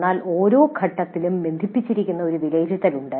എന്നാൽ ഓരോ ഘട്ടത്തിലും ബന്ധിപ്പിച്ചിരിക്കുന്ന ഒരു "വിലയിരുത്തൽ" ഉണ്ട്